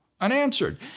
unanswered